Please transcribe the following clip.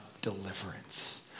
deliverance